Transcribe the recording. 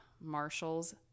Marshall's